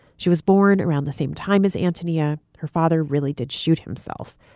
she was born around the same time as antonia. her father really did shoot himself.